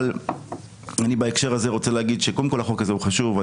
החוק הזה הוא חשוב.